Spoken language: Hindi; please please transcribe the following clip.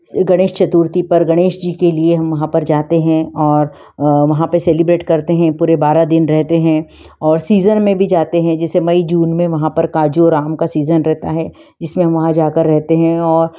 गणेश चतुर्थी पर गणेश जी के लिए हम वहाँ पर जाते हैं और वहाँ पर सेलिब्रेट करते हैं पूरे बारह दिन रहते हैं और सीज़न में भी जाते हैं जैसे मई जून में वहाँ पर काजू और आम का सीज़न रहता है जिसमें हम वहाँ जाकर रहते हैं और